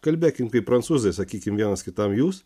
kalbėkim kaip prancūzai sakykim vienas kitam jūs